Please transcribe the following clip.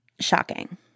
shocking